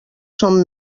són